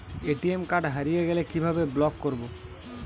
ATM card হারিয়ে গেলে কিভাবে ব্লক করবো?